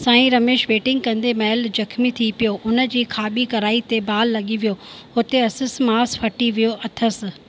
साई रमेश बैटिंग कंदे महिल जख्मी थी पियो हुन जी खाॿी कराई ते बाल लॻी वियो हुते असिस मास फाटी पियो अथसि